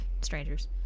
strangers